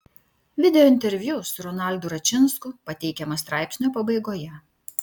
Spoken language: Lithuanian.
video interviu su ronaldu račinsku pateikiamas straipsnio pabaigoje